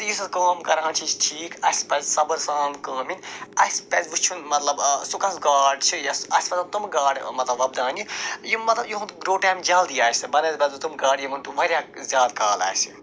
تہِ یُس أسۍ کٲم کران چھِ یہِ چھِ ٹھیٖک اَسہِ پَزِ صبر سان کٲم ہیٚنۍ اَسہِ پَزِ وٕچھُن مطلب سُہ کۄس گاڈ چھِ یۄس اَسہِ پَزَن تِمہٕ گاڈٕ مطلب وۄپداونہِ یِم مطلب یِہُنٛد گرٛو ٹایَم جلدی آسہِ بَہ نٮ۪سبت گاڈٕ یِمَن تِم واریاہ زیادٕ کال آسہِ